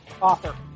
author